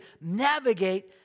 navigate